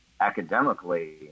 academically –